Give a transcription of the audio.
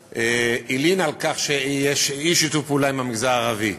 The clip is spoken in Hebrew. והוא הלין על כך שיש אי-שיתוף פעולה עם המגזר הערבי.